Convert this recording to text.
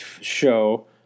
show